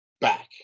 back